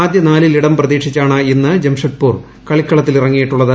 ആദ്യ നാലിൽ ഇടം പ്രതീക്ഷിച്ചാണ് ഇന്ന് ജംഷഡ്പൂർ കളിക്കളത്തിൽ ഇറങ്ങിയിട്ടുള്ളത്